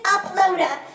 Uploader